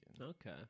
Okay